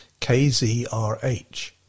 KZRH